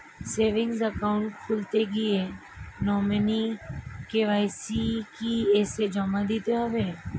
Savings account খুলতে গিয়ে nominee KYC কি এসে জমা দিতে হবে?